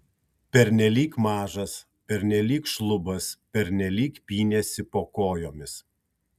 pernelyg mažas pernelyg šlubas pernelyg pynėsi po kojomis